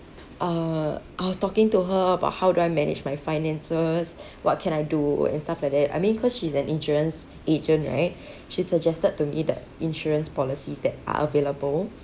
uh I was talking to her about how do I manage my finances what can I do and stuff like that I mean cause she's an insurance agent right she suggested to me that insurance policies that are available